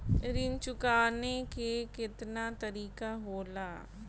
ऋण चुकाने के केतना तरीका होला?